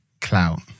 clout